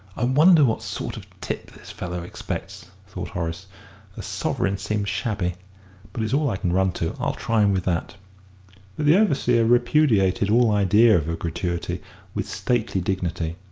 i wonder what sort of tip this fellow expects, thought horace a sovereign seems shabby but it's all i can run to. i'll try him with that. but the overseer repudiated all idea of a gratuity with stately dignity,